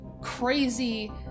crazy